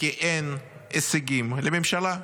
כי אין הישגים לממשלה,